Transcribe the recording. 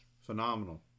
Phenomenal